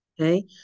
Okay